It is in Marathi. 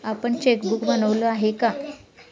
आपण चेकबुक बनवलं आहे का?